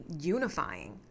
unifying